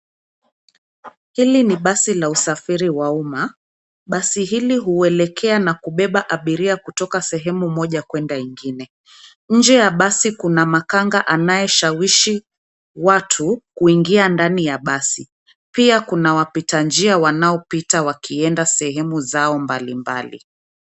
Hili ni basi la usafiri wa uma. Basi hili huelekea na kubeba abiria kutoka sehemu moja kwenda ingine. Nje ya basi kuna makanga anayeshawishi watu kuingia ndani ya basi. Pia kuna wapita njia wanaopita wakienda sehemu zao mbali mbali.